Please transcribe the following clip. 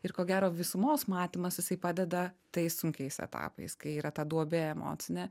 ir ko gero visumos matymas jisai padeda tais sunkiais etapais kai yra ta duobė emocinė